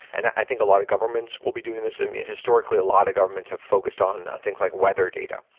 and i think a lot of governments will be doing this. i mean, historically a lot of governments have focused on things like whether data.